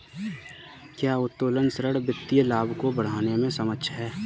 क्या उत्तोलन ऋण वित्तीय लाभ को बढ़ाने में सक्षम है?